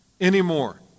anymore